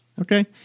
Okay